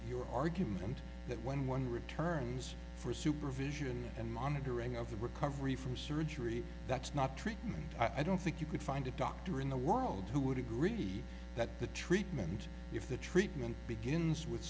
your argument that when one returns for supervision and monitoring of the recovery from surgery that's not treatment i don't think you could find a doctor in the world who would agree that the treatment if the treatment begins with